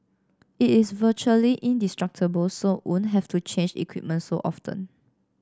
it is virtually indestructible so won't have to change equipment so often